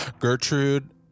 Gertrude